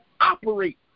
operate